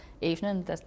evening